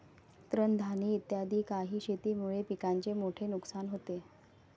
तृणधानी इत्यादी काही शेतीमुळे पिकाचे मोठे नुकसान होते